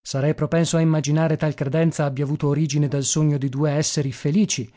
sarei propenso a immaginare tal credenza abbia avuto origine dal sogno di due esseri felici